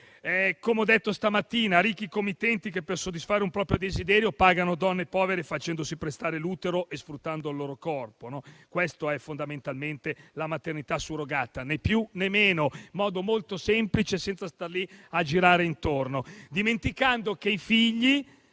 Come ho detto stamattina, si tratta di ricchi committenti che, per soddisfare un proprio desiderio, pagano donne povere, facendosi prestare l'utero e sfruttando il loro corpo. Questo è fondamentalmente la maternità surrogata, né più né meno, detto in modo molto semplice, senza star lì a girarci intorno. Si dimentica, così, che i figli